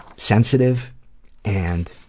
sensitive and